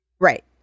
Right